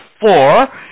four